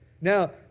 Now